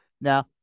Now